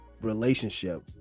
relationship